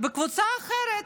וקבוצה אחרת,